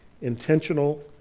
intentional